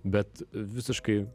bet visiškai